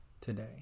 today